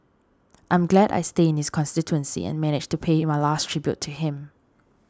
I'm glad I stay in his constituency and managed to pay my last tribute to him